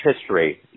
history